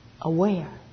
aware